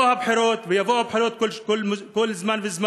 באו הבחירות, יבואו הבחירות כל כמה זמן,